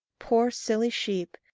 poor, silly sheep,